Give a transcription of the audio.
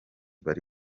bari